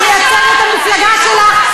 את מייצגת את המפלגה שלך.